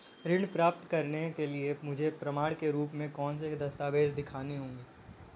ऋण प्राप्त करने के लिए मुझे प्रमाण के रूप में कौन से दस्तावेज़ दिखाने होंगे?